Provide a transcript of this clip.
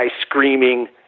screaming